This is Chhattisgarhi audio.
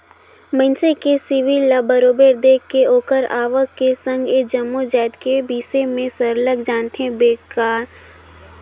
मइनसे के सिविल ल बरोबर देख के ओखर आवक के संघ ए जम्मो जाएत के बिसे में सरलग जानथें बेंकदार मन तब जाएके लोन देहे बर सोंचथे